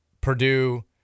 Purdue